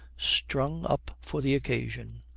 strung up for the occasion.